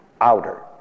outer